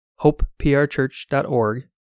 hopeprchurch.org